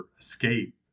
escape